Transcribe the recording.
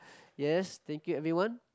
yes thank you everyone